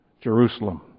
Jerusalem